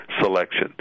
selection